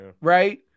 right